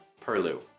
Perlu